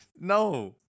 No